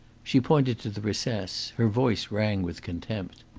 she pointed to the recess her voice rang with contempt.